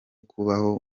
kubaho